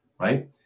right